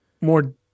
more